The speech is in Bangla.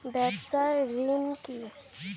ব্যবসায় ঋণ কি?